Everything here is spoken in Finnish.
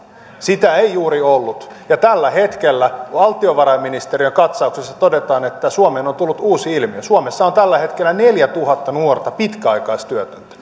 sitä ei juuri ollut ja tällä hetkellä valtiovarainministeriön katsauksessa todetaan että suomeen on tullut uusi ilmiö suomessa on tällä hetkellä neljätuhatta nuorta pitkäaikaistyötöntä